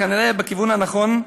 "כנראה בכיוון הנכון,